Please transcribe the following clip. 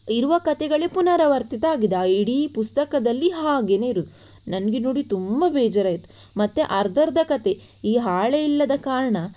ಇರುವ ಕತೆಗಳೇ ಪುನರಾವರ್ತಿತ ಆಗಿದೆ ಆ ಇಡೀ ಪುಸ್ತಕದಲ್ಲಿ ಹಾಗೆಯೇ ಇರುವುದು ನನಗೆ ನೋಡಿ ತುಂಬ ಬೇಜಾರಾಯಿತು ಮತ್ತು ಅರ್ಧರ್ಧ ಕತೆ ಈ ಹಾಳೆ ಇಲ್ಲದ ಕಾರಣ